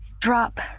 Drop